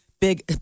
big